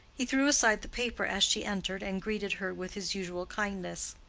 he threw aside the paper as she entered and greeted her with his usual kindness.